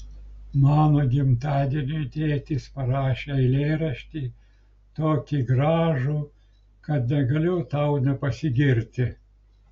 mano gimtadieniui tėtis parašė eilėraštį tokį gražų kad negaliu tau nepasigirti